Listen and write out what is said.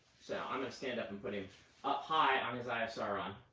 so i'm going to stand up and put him up high on his eye of sauron,